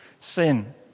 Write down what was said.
sin